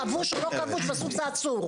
כבוש, לא כבוש, בסוף זה עצור.